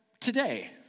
today